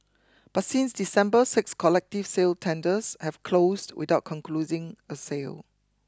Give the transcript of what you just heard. but since December six collective sale tenders have closed without a sale